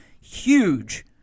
huge